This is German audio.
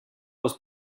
aus